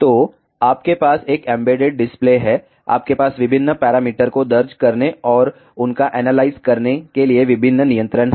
तो आपके पास एक एम्बेडेड डिस्प्ले है आपके पास विभिन्न पैरामीटर को दर्ज करने और उनका एनालाइज करने के लिए विभिन्न नियंत्रण हैं